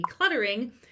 decluttering